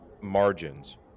margins